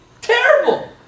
terrible